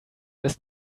ist